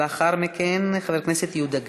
ולאחר מכן, חבר הכנסת יהודה גליק.